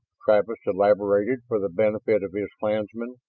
travis elaborated for the benefit of his clansmen.